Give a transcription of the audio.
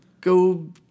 go